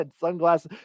sunglasses